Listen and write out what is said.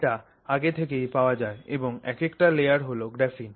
এটা আগে থেকেই পাওয়া যায় এবং একেকটা লেয়ার হল গ্রাফিন